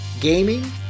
gaming